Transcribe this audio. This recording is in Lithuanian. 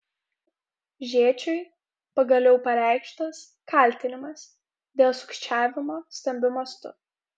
žėčiui pagaliau pareikštas kaltinimas dėl sukčiavimo stambiu mastu